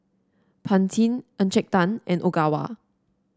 Pantene Encik Tan and Ogawa